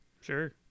Sure